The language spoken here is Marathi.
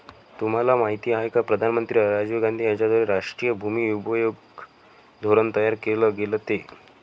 तुम्हाला माहिती आहे का प्रधानमंत्री राजीव गांधी यांच्याद्वारे राष्ट्रीय भूमि उपयोग धोरण तयार केल गेलं ते?